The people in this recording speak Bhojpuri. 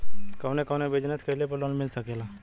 कवने कवने बिजनेस कइले पर लोन मिल सकेला?